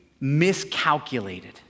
miscalculated